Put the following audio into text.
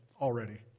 already